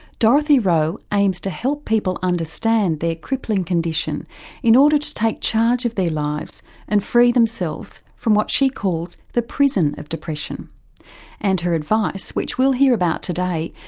dorothy rowe aims to help people understand their crippling condition in order to take charge of their lives and free themselves from what she calls the prison of depression and her advice, which we'll hear about today,